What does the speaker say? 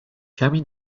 کمی